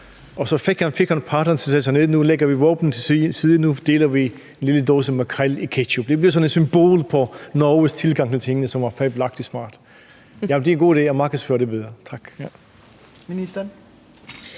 så fik han parterne til at sætte sig ned og sagde, at nu lægger vi våbnene til side og deler en lille dåse makrel i tomat. Det blev sådan et symbol på Norges tilgang til tingene, som var fabelagtig smart. Det er en god idé at markedsføre det videre. Tak. Kl.